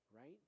right